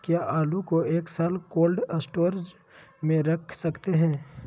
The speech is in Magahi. क्या आलू को एक साल कोल्ड स्टोरेज में रख सकते हैं?